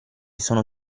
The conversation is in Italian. sono